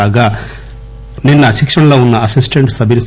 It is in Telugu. కాగా నిన్న శిక్షణలో ఉన్న అసిస్టెంట్ సబ్ ఇస్